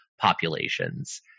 populations